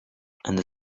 and